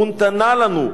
ונתנה לנו".